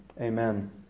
Amen